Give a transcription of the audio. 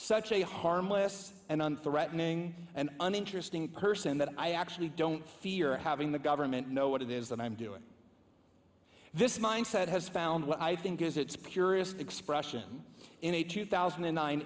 such a harmless and on threatening and uninteresting person that i actually don't fear having the government know what it is that i'm doing this mindset has found what i think is its purest expression in a two thousand and nine